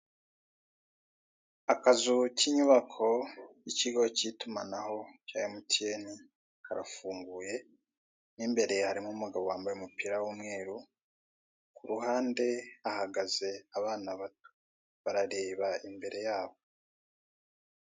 Akazu k' inyubako k' ikigo cy' itumanaho cya MTN karafunguye mo imbere harimo umugabo wambaye umupira w' umweru kuruhande hahagaze abana bato barareba imbere yabo.